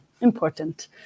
important